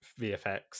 VFX